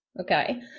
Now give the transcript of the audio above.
okay